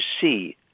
see